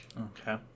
Okay